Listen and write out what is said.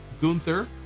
Gunther